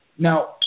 Now